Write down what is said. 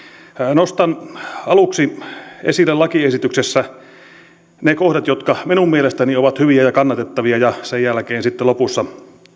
nostan aluksi esille lakiesityksestä ne kohdat jotka minun mielestäni ovat hyviä ja kannatettavia ja sen jälkeen sitten lopussa